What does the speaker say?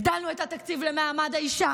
הגדלנו את התקציב למעמד האישה